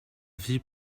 vit